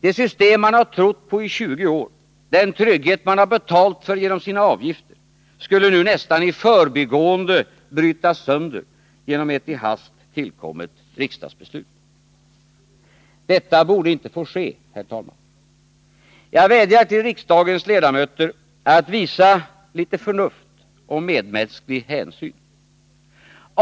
Det system man har trott på i 20 år, den trygghet man betalat för genom sina avgifter, skulle nu nästan i förbigående brytas sönder genom ett i hast tillkommet riksdagsbeslut. Detta borde inte få ske, herr talman. Jag vädjar till riksdagens ledamöter att visa litet förnuft och medmänsklig hänsyn.